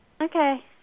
Okay